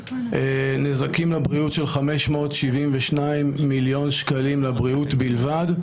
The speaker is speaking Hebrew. נזקים לבריאות של 572 מיליון שקלים לבריאות בלבד,